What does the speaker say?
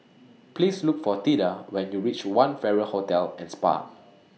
Please Look For Theda when YOU REACH one Farrer Hotel and Spa